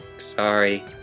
sorry